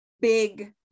big